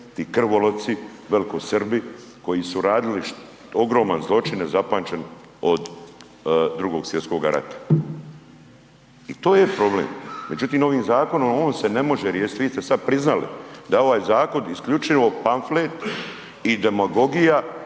ti krvoloci velikosrbi koji su radili ogromne zločine nezapamćene od II. svjetskog rata i to je problem. Međutim, ovim zakonom on se ne može riješiti, vi ste sada priznali da ovaj zakon isključivo pamflet i demagogija